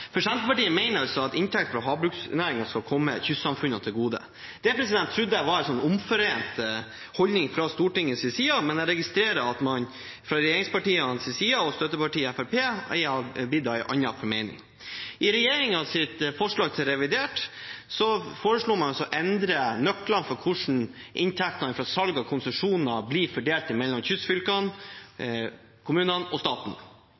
jeg var en omforent holdning fra Stortingets side, men jeg registrerer at man fra regjeringspartienes og støttepartiet Fremskrittspartiets side er av en annen formening. I regjeringens forslag til revidert foreslo man å endre nøklene for hvordan inntektene fra salg av konsesjoner blir fordelt mellom kystfylkene, kommunene og staten.